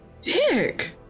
dick